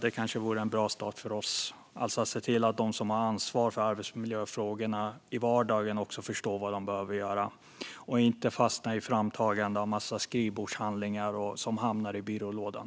Det kanske vore en bra start för oss att se till att de som har ansvar för arbetsmiljöfrågorna i vardagen också förstår vad de behöver göra och inte fastnar i framtagande av en massa skrivbordshandlingar som hamnar i byrålådan.